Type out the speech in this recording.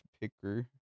Picker